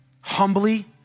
humbly